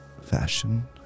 fashion